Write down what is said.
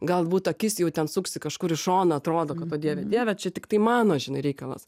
galbūt akis jau ten suksi kažkur į šoną atrodo kad o dieve dieve čia tiktai mano žinai reikalas